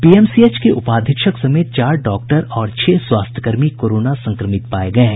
PMCH के उपाधीक्षक समेत चार डॉक्टर और छह स्वास्थ्य कर्मी कोरोना संक्रमित पाये गये हैं